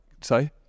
say